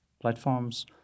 platforms